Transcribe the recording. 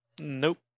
Nope